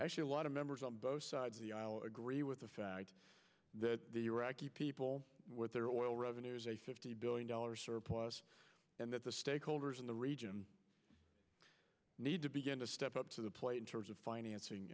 actually a lot of members of both sides agree with the fact that the iraqi people with their oil revenues a fifty billion dollars surplus and that the stakeholders in the region need to begin to step up to the plate in terms of financing